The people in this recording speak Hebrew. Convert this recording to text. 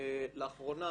לאחרונה,